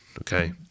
okay